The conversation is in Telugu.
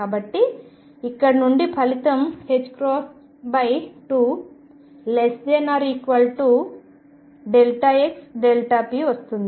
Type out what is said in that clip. కాబట్టి ఇక్కడ నుండి ఫలితం 2xp వస్తుంది